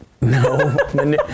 No